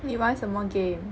你玩什么 game